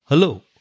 Hello